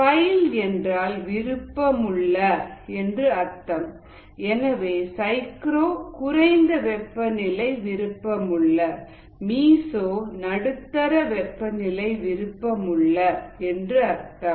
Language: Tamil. ஃபைல் என்றால் விருப்பமுள்ள என்று அர்த்தம் எனவே சைக்ரோ குறைந்த வெப்பநிலை விருப்பமுள்ள மிசோ நடுத்தர வெப்பநிலை விருப்பமுள்ள என்று அர்த்தம்